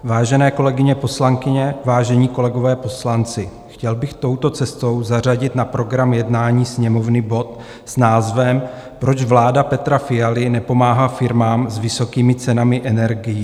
Vážené kolegyně poslankyně, vážení kolegové poslanci, chtěl bych touto cestou zařadit na program jednání Sněmovny bod s názvem Proč vláda Petra Fialy nepomáhá firmám s vysokými cenami energií.